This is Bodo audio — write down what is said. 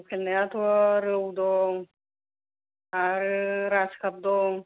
लकेल नायाथ' रौ दं आरो ग्रासखाप दं